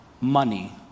money